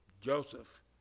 Joseph